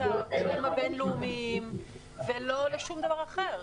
הגופים הבין-לאומיים ולא לשום דבר אחר.